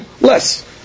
less